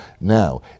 now